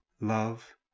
love